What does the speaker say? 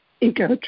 ego